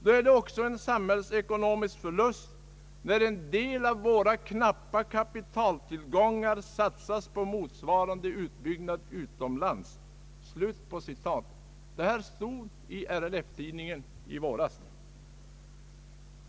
Då är det också en samhälls ekonomisk förlust när en del av våra knappa kapitaltillgångar satsas på motsvarande utbyggnad utomlands.» Detta stod alltså i RLF-tidningen i våras.